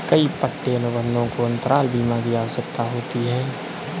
कई पट्टे अनुबंधों को अंतराल बीमा की आवश्यकता होती है